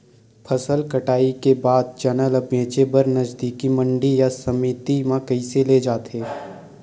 फसल कटाई के बाद चना ला बेचे बर नजदीकी मंडी या समिति मा कइसे ले जाथे?